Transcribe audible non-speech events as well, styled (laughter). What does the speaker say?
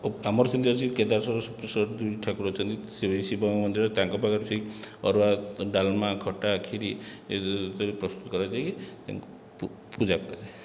ଆମର ସେମତି ଅଛି କେଦାର (unintelligible) ଠାକୁର ଅଛନ୍ତି ସିଏ ବି ସେହି ଶିବ ମନ୍ଦିର ତାଙ୍କ ପାଖରେ ସେଇ ଅରୁଆ ଡାଲମା ଖଟା ଖିରୀ (unintelligible) ପ୍ରସ୍ତୁତ କରାଯାଇକି ତାଙ୍କୁ ପୂଜା କରାଯାଏ